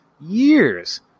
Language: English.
years